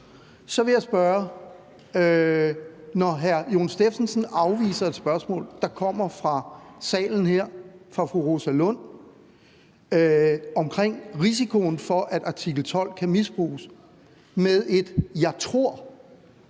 vil jeg spørge, når hr. Jon Stephensen afviser et spørgsmål, der kommer fra salen her, fra fru Rosa Lund, om risikoen for, at artikel 12 kan misbruges, med et »jeg tror«: